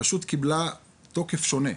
קיבלה תוקף שונה.